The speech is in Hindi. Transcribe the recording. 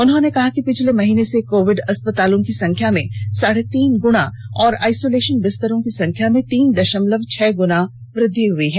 उन्होंने कहा कि पिछले महीने से कोविड अस्पतालों की संख्या में साढ़े तीन गुना और आइसोलेशन बिस्तरों की संख्या में तीन दशमलव छह गुना वृद्धि हई है